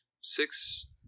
six